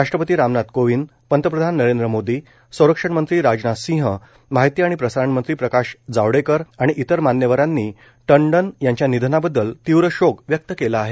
राष्ट्रपती रामनाथ कोविंद पंतप्रधान नरेंद्र मोदी संरक्षण मंत्री राजनाथ सिंह माहिती आणि प्रसारण मंत्री प्रकाश जावडेकर आणि इतर मान्यवरांनी टंडन यांच्या निधनाबद्दल तीव्र शोक व्यक्त केला आहे